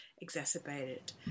exacerbated